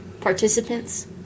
participants